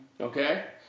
Okay